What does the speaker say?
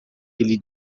ele